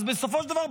אז בסופו של דבר,